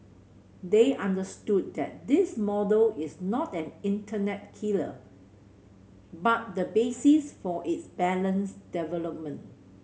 they understood that this model is not an internet killer but the basis for its balanced development